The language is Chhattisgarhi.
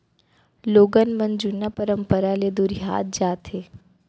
लोगन मन जुन्ना परंपरा ले दुरिहात जात हें